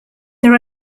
there